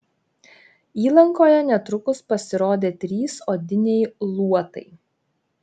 įlankoje netrukus pasirodė trys odiniai luotai